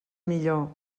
millor